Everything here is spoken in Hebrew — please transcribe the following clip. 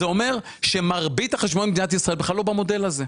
זה אומר שמרבית החשבוניות במדינת ישראל בכלל לא במודל הזה.